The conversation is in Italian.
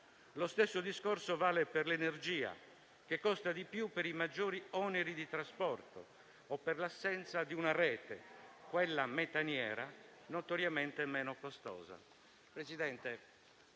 Lo stesso discorso vale per l'energia, che costa di più per i maggiori oneri di trasporto o per l'assenza di una rete, quella metaniera, notoriamente meno costosa.